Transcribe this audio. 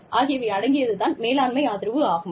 ஆகியவை அடங்கியது தான் மேலாண்மை ஆதரவு ஆகும்